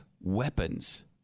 weapons